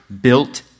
built